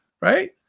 Right